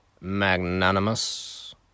magnanimous